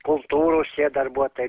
kultūros tie darbuotojai